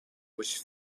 which